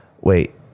wait